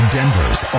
Denver's